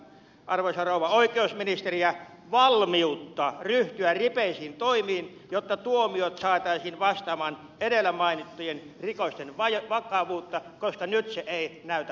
onko teillä arvoisa rouva oikeusministeri valmiutta ryhtyä ripeisiin toimiin jotta tuomiot saataisiin vastaamaan edellä mainittujen rikosten vakavuutta koska nyt niin ei näytä olevan